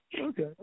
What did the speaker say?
Okay